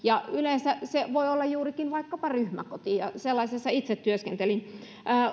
se voi olla juuri vaikkapa ryhmäkoti ja sellaisessa itse työskentelin